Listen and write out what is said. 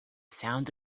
sound